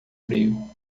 frio